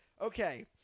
Okay